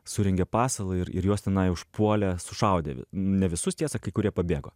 surengė pasalą ir ir juos tenai užpuolė sušaudė vi ne visus tiesa kai kurie pabėgo